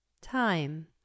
time